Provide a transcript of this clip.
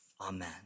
Amen